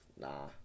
Nah